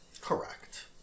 Correct